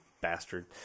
bastard